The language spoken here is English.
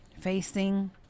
facing